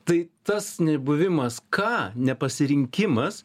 tai tas nebuvimas ką nepasirinkimas